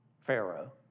Pharaoh